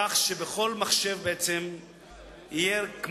כך שבכל מחשב בעצם תהיה כל